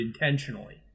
intentionally